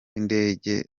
w’indege